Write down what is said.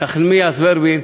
נחמיאס ורבין,